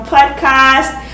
Podcast